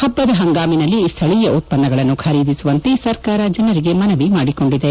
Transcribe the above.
ಹಬ್ಬದ ಈ ಹಂಗಾಮಿನಲ್ಲಿ ಸ್ಥಳೀಯ ಉತ್ಪನ್ನಗಳನ್ನು ಖರೀದಿಸುವಂತೆ ಸರ್ಕಾರ ಜನರಿಗೆ ಮನವಿ ಮಾಡಿಕೊಂಡಿದೆ